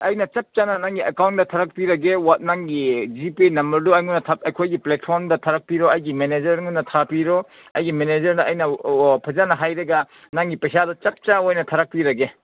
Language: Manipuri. ꯑꯩꯅ ꯆꯞ ꯆꯥꯅ ꯅꯪꯒꯤ ꯑꯦꯀꯥꯎꯟꯗ ꯊꯥꯒꯠꯄꯤꯔꯒꯦ ꯅꯪꯒꯤ ꯖꯤꯄꯦ ꯅꯝꯕꯔꯗꯨ ꯑꯩꯈꯣꯏꯒꯤ ꯄ꯭ꯂꯦꯠꯐꯣꯝꯗ ꯊꯥꯒꯠꯄꯤꯔꯣ ꯑꯩꯒꯤ ꯃꯦꯅꯦꯖꯔ ꯉꯣꯟꯗ ꯊꯥꯕꯤꯔꯣ ꯑꯩꯒꯤ ꯃꯦꯅꯦꯖꯔ ꯑꯩꯅ ꯐꯖꯅ ꯍꯥꯏꯔꯒ ꯅꯪꯒꯤ ꯄꯩꯁꯥꯗꯣ ꯆꯞ ꯆꯥꯕ ꯑꯣꯏꯅ ꯊꯥꯔꯛꯄꯤꯔꯒꯦ